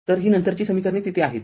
तर ही नंतरची समीकरणे तिथे आहेत